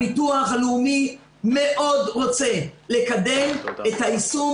הביטוח הלאומי מאוד רוצה לקדם את היישום